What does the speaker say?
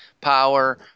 power